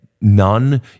none